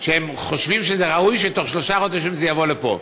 שהם חושבים שזה ראוי שבתוך שלושה חודשים זה יבוא לפה.